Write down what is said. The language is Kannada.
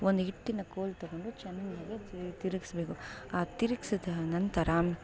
ಒಂದು ಹಿಟ್ಟಿನ ಕೋಲು ತೊಗೊಂಡು ಚೆನ್ನಾಗಿ ತಿರಿಗ್ಸ್ಬೇಕು ಆ ತಿರಿಗ್ಸಿದ ನಂತರ